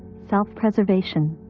self-preservation,